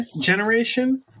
generation